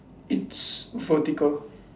it's vertical